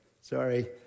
Sorry